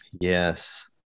Yes